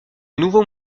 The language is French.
nouveaux